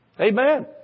Amen